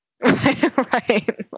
Right